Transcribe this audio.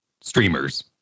streamers